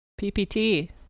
PPT